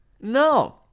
No